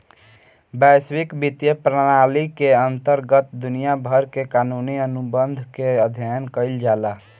बैसविक बित्तीय प्रनाली के अंतरगत दुनिया भर के कानूनी अनुबंध के अध्ययन कईल जाला